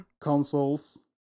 consoles